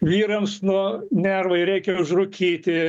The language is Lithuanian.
vyrams nu nervai reikia užrūkyti